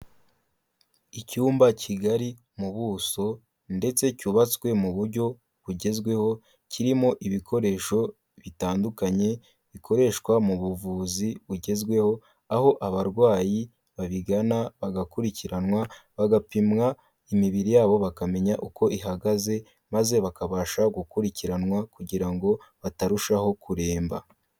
Icyumba kigari mu buso ndetse cyubatswe mu buryo bugezweho kirimo ibikoresho bitandukanye bikoreshwa mu buvuzi bugezweho aho abarwayi babigana bagakurikiranwa, bagapimwa imibiri yabo bakamenya uko ihagaze maze bakabasha gukurikiranwa kugira ngo batarushaho kuremba.